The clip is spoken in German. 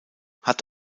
hat